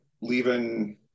leaving